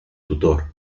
tutor